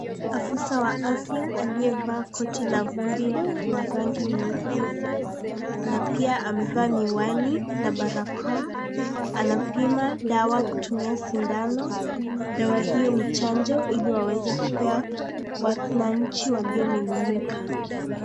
Afisa wa afya aliyevaa koti la vumbi la rangi nyeupe na pia amevaa miwani na barakoa. Anapima dawa kutumia sindano. Dawa hiyo ni chanjo ili waweze kupewa wananchi walionung'unika.